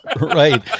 Right